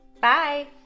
Bye